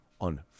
on